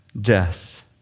death